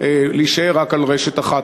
להישאר רק עם רשת אחת,